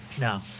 No